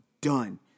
done